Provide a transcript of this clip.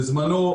בזמנו,